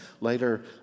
Later